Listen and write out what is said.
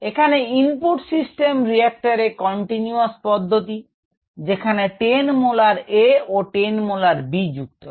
এখানে input system রিএক্টারে continuous পধ্যতি যেখানে 10 মোলার A ও 10 মোলার B যুক্ত হয়